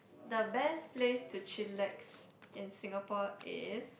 the best place to chillax in Singapore is